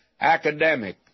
academic